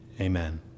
Amen